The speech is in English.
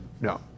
no